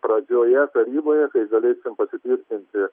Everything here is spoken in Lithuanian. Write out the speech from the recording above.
pradžioje taryboje kai gali pasi tvirtinti